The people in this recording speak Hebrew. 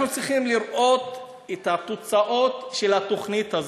אנחנו צריכים לראות את התוצאות של התוכנית הזאת,